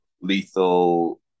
Lethal